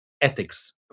ethics